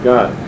God